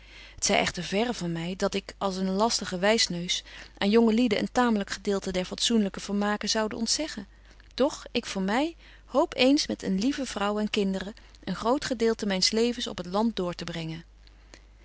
t zy echter verre van my dat ik als een lastige wysneus aan jonge lieden een tamelyk gedeelte der fatsoenlyke vermaken zoude ontzeggen doch ik voor my hoop eens met een lieve vrouw en kinderen een groot gedeelte myn's levens op het land door te brengen